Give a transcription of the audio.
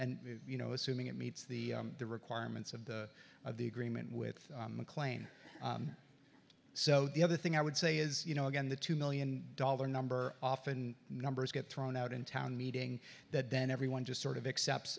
you know assuming it meets the the requirements of the of the agreement with mclean so the other thing i would say is you know again the two million dollar number often numbers get thrown out in town meeting that then everyone just sort of except